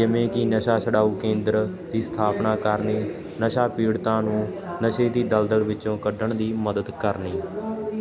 ਜਿਵੇਂ ਕਿ ਨਸ਼ਾ ਛਡਾਊ ਕੇਂਦਰ ਦੀ ਸਥਾਪਨਾ ਕਰਨੀ ਨਸ਼ਾ ਪੀੜਤਾਂ ਨੂੰ ਨਸ਼ੇ ਦੀ ਦਲਦਲ ਵਿੱਚੋਂ ਕੱਢਣ ਦੀ ਮਦਦ ਕਰਨੀ